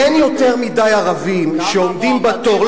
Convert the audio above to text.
אין יותר מדי ערבים שעומדים בתור.